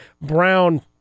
Brown